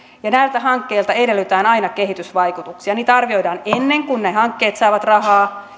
ja näiltä hankkeilta edellytetään aina kehitysvaikutuksia niitä arvioidaan ennen kuin ne hankkeet saavat rahaa